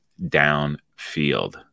downfield